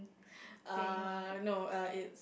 uh no uh it's